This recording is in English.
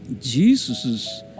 Jesus